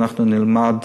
אנחנו נלמד,